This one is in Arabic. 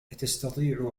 أتستطيع